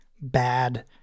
bad